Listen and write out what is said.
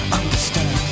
understand